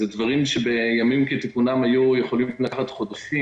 אלה דברים שבימים כתיקונם היו יכולים לקחת חודשים.